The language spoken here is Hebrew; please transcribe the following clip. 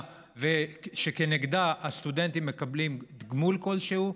שכנגדה הסטודנטים מקבלים תגמול כלשהו,